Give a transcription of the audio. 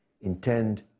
intend